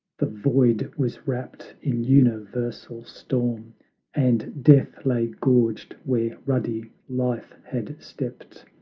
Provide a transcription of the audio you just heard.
the void was wrapped in universal storm and death lay gorged, where ruddy life had stept,